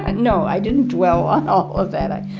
ah no, i didn't dwell on all of and